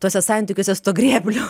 tuose santykiuose su tuo grėbliu